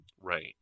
Right